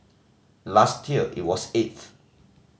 last year it was eighth